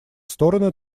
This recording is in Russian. стороны